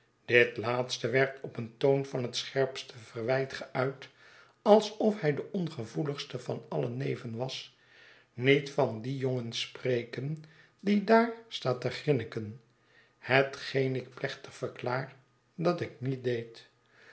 dit laatste werd op een toon van het scherpste verwijt geuit alsof hij de ongevoeligste van alle neven was niet van dien jongen spreken die daar staat te grinniken hetgeen ik plechtig verklaar dat ik niet deed